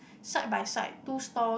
side by side two store